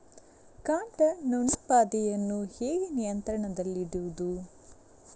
ಕಾಂಡ ನೊಣ ಬಾಧೆಯನ್ನು ಹೇಗೆ ನಿಯಂತ್ರಣದಲ್ಲಿಡುವುದು?